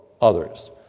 others